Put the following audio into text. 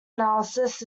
analysis